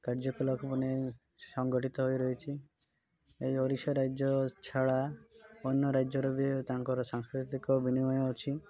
କାର୍ଯ୍ୟକଳାପ ମାନେ ସଂଗଠିତ ହୋଇରହିଛି ଏ ଓଡ଼ିଶା ରାଜ୍ୟ ଛଡ଼ା ଅନ୍ୟ ରାଜ୍ୟର ବି ତାଙ୍କର ସାଂସ୍କୃତିକ ବିନିମୟ ଅଛି